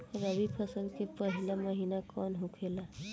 रबी फसल के पहिला महिना कौन होखे ला?